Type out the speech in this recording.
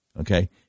okay